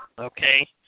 Okay